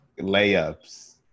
Layups